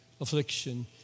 affliction